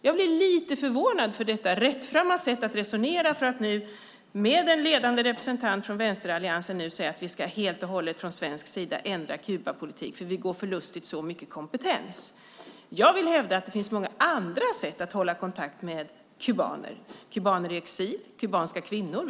Jag blir lite förvånad över detta rättframma sätt att resonera av en ledande representant från vänsteralliansen som nu säger att vi helt och hållet från svensk sida ska ändra Kubapolitiken för vi går miste om så mycket kompetens. Jag vill hävda att det finns många andra sätt att hålla kontakt med kubaner, till exempel kubaner i exil och kubanska kvinnor.